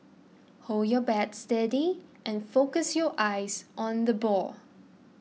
hold your bat steady and focus your eyes on the ball